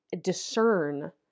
discern